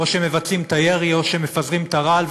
או שמבצעים את הירי או שמפזרים את הרעל,